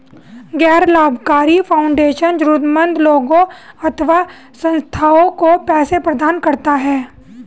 गैर लाभकारी फाउंडेशन जरूरतमन्द लोगों अथवा संस्थाओं को पैसे प्रदान करता है